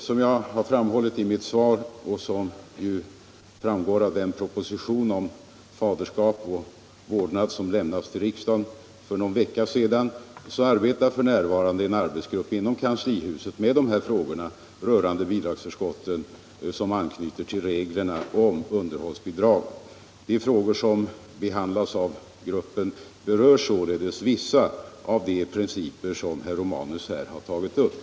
Som jag framhållit i mitt svar och som framgår av den proposition om faderskap och vårdnad som lämnats till riksdagen för någon vecka sedan arbetar f. n. en arbetsgrupp inom kanslihuset med de frågor rörande bidragsförskotten som anknyter till reglerna om underhållsbidrag. De frågor som behandlas av gruppen berör således vissa av de principer som herr Romanus här har tagit upp.